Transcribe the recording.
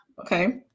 Okay